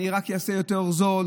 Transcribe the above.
אני רק אעשה יותר זול,